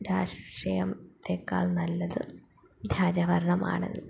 രാഷ്ട്രീയത്തെക്കാൾ നല്ലത് രാജഭരണമാണല്ലോ